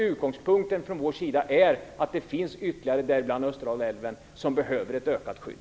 Utgångspunkten från vår sida är, som sagt, att det finns ytterligare vattendrag, däribland Österdalälven, som behöver ett ökat skydd.